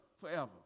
forever